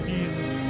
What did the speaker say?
Jesus